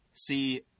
See